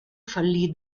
fallì